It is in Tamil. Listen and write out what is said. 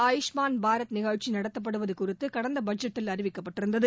ஆபுஷ்மான் பாரத் நிகழ்ச்சி நடத்தப்படுவது குறித்து கடந்த பட்ஜெட்டில் அறிவிக்கப்பட்டிருந்தது